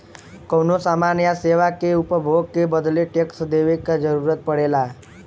कउनो समान या सेवा के उपभोग के बदले टैक्स देवे क जरुरत पड़ला